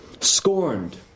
Scorned